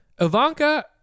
Ivanka